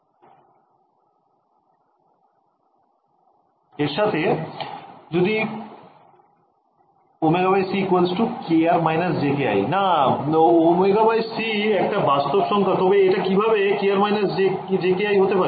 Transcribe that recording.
ছাত্রছাত্রীঃ এরসাথে যদি ছাত্রছাত্রীঃ ωckr jki না ωc একটা বাস্তব সংখ্যা তবে এটা কিভাবে kr jki হতে পারে